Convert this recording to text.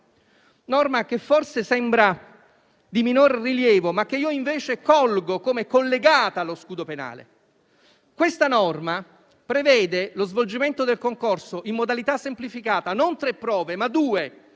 norma che forse sembra di minor rilievo, ma che personalmente, invece, colgo come collegata allo scudo penale. Questa norma prevede lo svolgimento del concorso in modalità semplificata: non tre prove, ma due,